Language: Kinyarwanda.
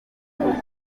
tumaze